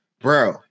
bro